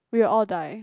we all die